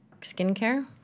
skincare